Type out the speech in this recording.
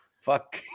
Fuck